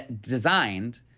designed